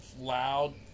loud